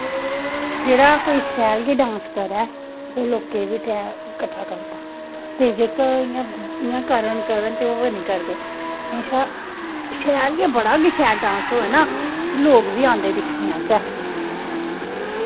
जेह्ड़ा कोई शैल गै डांस करै ओह् लोकें गी बी किट्ठा करदा ते जेह्के इंया करन ते ओह् निं करदे ते एह्दे कशा शैल गै बड़ा गै शैल डांस होऐ ना उसी लोग बी आंदे दिक्खनै आस्तै